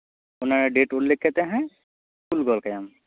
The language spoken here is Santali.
ᱚᱱᱟ ᱰᱮᱹᱴ ᱩᱞᱞᱮᱠ ᱠᱟᱛᱮᱜ ᱦᱟᱸᱜ ᱠᱩᱞ ᱜᱚᱫ ᱠᱟᱭᱟᱢ